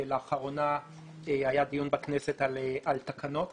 לאחרונה היה דיון בכנסת על תקנות